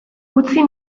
utzi